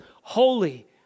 holy